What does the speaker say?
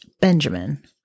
Benjamin